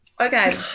Okay